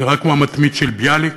נראה כמו המתמיד של ביאליק,